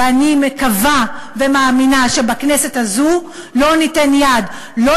ואני מקווה ומאמינה שבכנסת הזו לא ניתן יד לא